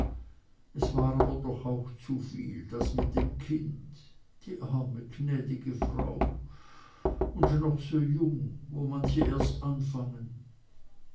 es war aber doch auch zuviel das mit dem kind die arme gnädige frau und noch so jung wo manche erst anfangen